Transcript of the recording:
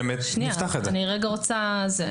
לכן אני אומר שאם יש לכם התנגדות מסוימת,